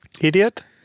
idiot